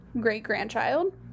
great-grandchild